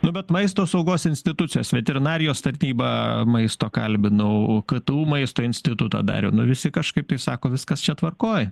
na bet maisto saugos institucijos veterinarijos tarnyba maisto kalbinau k t u maisto instituto dariau nu visi kažkaip tai sako viskas čia tvarkoj